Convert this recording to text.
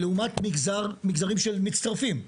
לעומת מגזרים של מצטרפים.